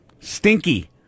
stinky